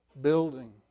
building